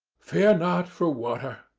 fear not for water,